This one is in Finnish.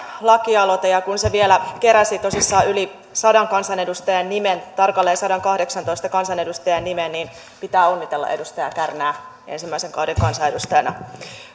lakialoite ja kun se vielä keräsi tosissaan yli sadan kansanedustajan nimen tarkalleen sadankahdeksantoista kansanedustajan nimen niin pitää onnitella edustaja kärnää ensimmäisen kauden kansanedustajana